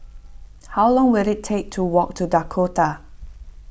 how long will it take to walk to Dakota